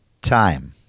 time